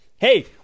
Hey